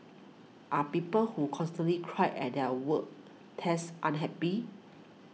are people who constantly cry at their work desk unhappy